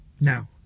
Now